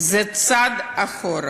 זה צעד אחורה,